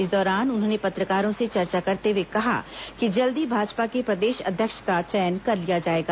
इस दौरान उन्होंने पत्रकारों से चर्चा करते हुए कहा कि जल्द ही भाजपा के प्रदेश अध्यक्ष का चयन कर लिया जाएगा